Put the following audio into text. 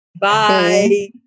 bye